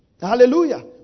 Hallelujah